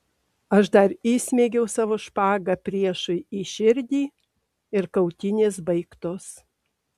aš dar įsmeigiau savo špagą priešui į širdį ir kautynės baigtos